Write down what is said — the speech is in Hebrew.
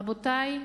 רבותי,